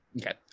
Okay